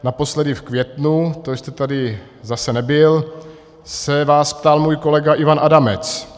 Naposledy v květnu, to jste tady zase nebyl, se vás ptal můj kolega Ivan Adamec.